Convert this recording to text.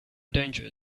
danger